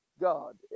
God